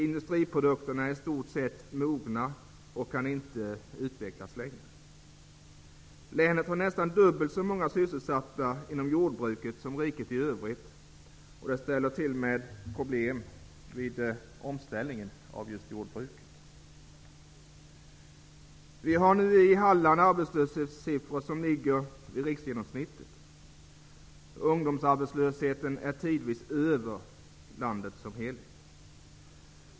Industriprodukterna är i stort sett mogna och kan inte utvecklas mera. Länet har nästan dubbelt så många sysselsatta inom jordbruket jämfört med riket i övrigt, vilket ställer till med problem vid omställningen av jordbruket. Vi har nu i Halland arbetslöshetssiffror som ligger kring riksgenomsnittet. Ungdomsarbetslösheten ligger tidvis över genomsnittet för landet som helhet.